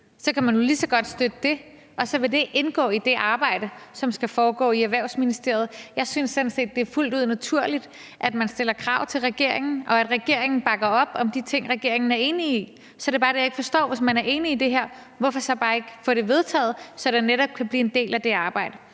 – kan man jo lige så godt støtte det, og så vil det indgå i det arbejde, som skal foregå i Erhvervsministeriet. Jeg synes sådan set, det er fuldt ud naturligt, at man stiller krav til regeringen, og at regeringen bakker op om de ting, som regeringen er enig i. Så det er bare det, jeg ikke forstår. Hvis man er enig i det her, hvorfor så ikke bare få det vedtaget, så det netop kan blive en del af det arbejde?